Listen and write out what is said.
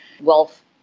wealth